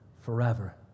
forever